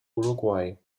uruguay